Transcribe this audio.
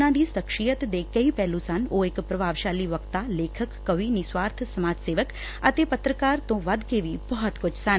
ਉਨ੍ਹਾਂ ਦੀ ਸਖ਼ਸੀਅਤ ਦੇ ਕਈ ਪਹਿਲੁ ਸਨ ਉਹ ਇਕ ਪ੍ਰਭਾਵਸਾਲੀ ਵਕਤਾ ਲੇਖਕ ਕਵੀ ਨਿਸਵਾਰਥ ਸੰਮਾਜ ਸੇਵਕ ਅਤੇ ਪੱਤਰਕਾਰ ਤੋਂ ਵਧਕੇ ਵੀ ਬਹੁਤ ਕੁਝ ਸਨ